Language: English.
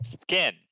Skin